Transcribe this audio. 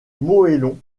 moellons